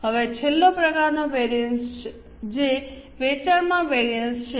હવે છેલ્લો પ્રકારનો વિવિધતા જે વેચાણમાં વેરિઅન્સ છે